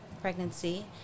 pregnancy